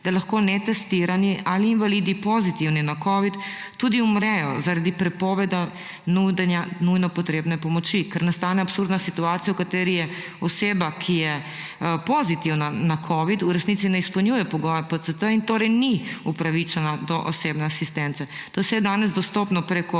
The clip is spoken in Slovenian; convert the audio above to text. da lahko netestirani ali invalidi, pozitivni na covid-19, tudi umrejo zaradi prepovedi nudenja nujno potrebne pomoči, ker nastane absurdna situacija, v kateri oseba, ki je pozitivna na covid-19, v resnici ne izpolnjuje pogoja PCT in torej ni upravičena do osebne asistence. To vse je danes dostopno preko